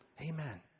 Amen